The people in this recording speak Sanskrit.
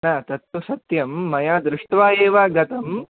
न तत्तु सत्यं मया दृष्ट्वा एव गतं